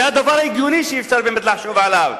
זה הדבר ההגיוני שאפשר באמת לחשוב עליו.